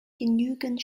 genügend